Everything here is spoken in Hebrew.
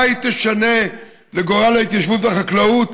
מה היא תשנה לגורל ההתיישבות והחקלאות,